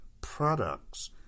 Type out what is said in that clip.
products